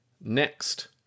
Next